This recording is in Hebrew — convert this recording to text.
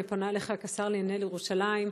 אני פונה אליך כשר לענייני ירושלים,